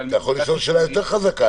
אתה יכול לשאול שאלה יותר חזקה.